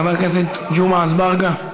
חבר הכנסת ג'מעה אזברגה,